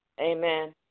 Amen